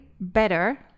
better